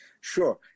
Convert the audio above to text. Sure